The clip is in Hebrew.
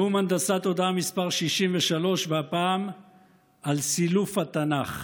נאום הנדסת תודעה מס' 63, והפעם על סילוף התנ"ך.